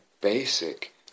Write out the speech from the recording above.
basic